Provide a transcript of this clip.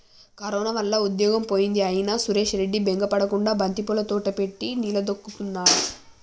corona వల్ల ఉద్యోగం పోయింది అయినా సురేష్ రెడ్డి బెంగ పడకుండా బంతిపూల తోట పెట్టి నిలదొక్కుకున్నాడు